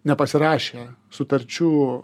nepasirašę sutarčių